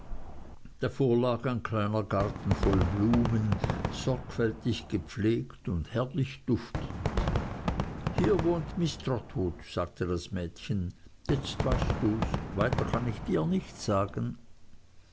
davor lag ein kleiner garten voll blumen sorgfältig gepflegt und herrlich duftend hier wohnt miß trotwood sagte das mädchen jetzt weißt dus weiter kann ich dir nichts sagen